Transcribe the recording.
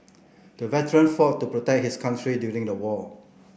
the veteran fought to protect his country during the war